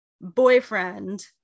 boyfriend